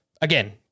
again